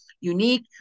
unique